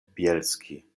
bjelski